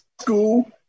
school